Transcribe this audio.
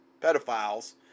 pedophiles